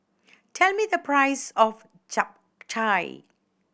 tell me the price of Japchae